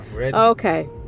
okay